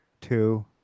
two